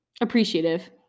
appreciative